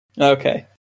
Okay